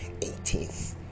18th